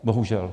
Bohužel.